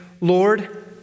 Lord